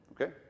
okay